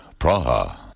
Praha